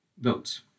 votes